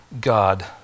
God